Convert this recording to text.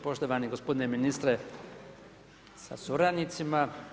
Poštovani gospodine ministre sa suradnicima.